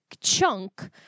chunk